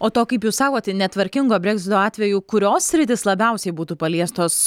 o to kaip jūs sakot netvarkingo breksito atveju kurios sritys labiausiai būtų paliestos